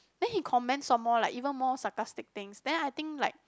then he comment some more like even more sarcastic things then I think like